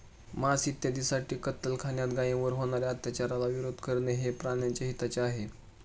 मांस इत्यादींसाठी कत्तलखान्यात गायींवर होणार्या अत्याचाराला विरोध करणे हे प्राण्याच्या हिताचे आहे